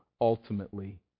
ultimately